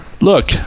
look